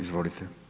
Izvolite.